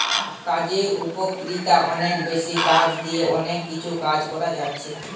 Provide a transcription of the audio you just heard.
কাগজের উপকারিতা অনেক বেশি, কাগজ দিয়ে অনেক কিছু করা যাচ্ছে